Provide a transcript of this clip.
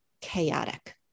chaotic